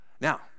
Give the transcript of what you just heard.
Now